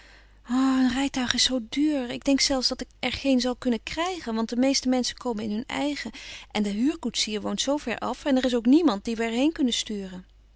rijtuig is zoo duur ik denk zelfs dat ik er geen zal kunnen krijgen want de meeste menschen komen in hun eigen en de huurkoetsier woont zoover af en er is ook niemand dien we er heen kunnen sturen